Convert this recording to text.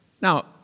Now